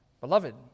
Beloved